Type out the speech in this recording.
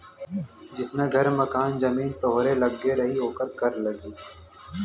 जितना घर मकान जमीन तोहरे लग्गे रही ओकर कर लगी